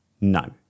no